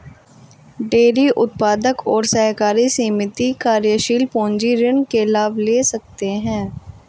dairy उत्पादक और सहकारी समिति कार्यशील पूंजी ऋण के लाभ ले सकते है